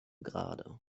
gerade